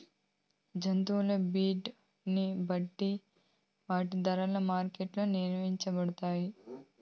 జంతువుల బ్రీడ్ ని బట్టి వాటి ధరలు మార్కెట్ లో నిర్ణయించబడతాయి